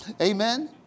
Amen